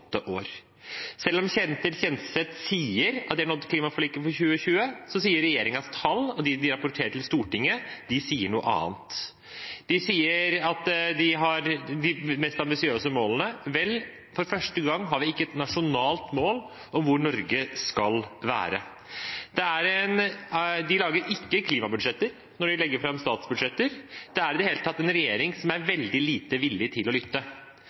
år. Selv om Ketil Kjenseth sier at de har nådd klimaforliket for 2020, så sier regjeringens tall og det de rapporterer til Stortinget, noe annet. De sier at de har de mest ambisiøse målene. Vel, for første gang har vi ikke et nasjonalt mål om hvor Norge skal være. De lager ikke klimabudsjetter når de legger fram statsbudsjetter. Det er i det hele tatt en regjering som er veldig lite villig til å lytte.